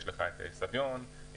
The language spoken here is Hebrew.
סביון,